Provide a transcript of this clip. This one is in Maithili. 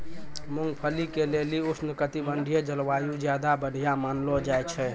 मूंगफली के लेली उष्णकटिबंधिय जलवायु ज्यादा बढ़िया मानलो जाय छै